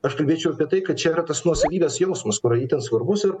aš kalbėčiau apie tai kad čia yra tas nuosavybės jausmas kur itin svarbus ir